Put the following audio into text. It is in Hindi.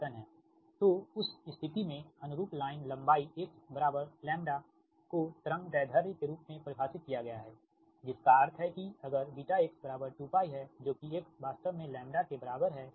तो उस स्थिति में अनुरूप लाइन लंबाई x λ को तरंग दैर्ध्य के रूप में परिभाषित किया गया है जिसका अर्थ है कि अगर βx2π है जो कि x वास्तव में λ के बराबर है ठीक